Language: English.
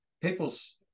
people's